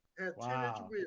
wow